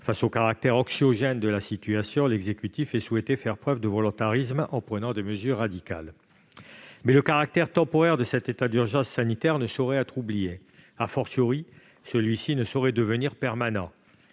décès, au caractère anxiogène de la situation, l'exécutif ait souhaité faire preuve de volontarisme en prenant des mesures radicales. Toutefois, le caractère temporaire de cet état d'urgence sanitaire ne saurait être oublié. celui-ci ne saurait devenir permanent.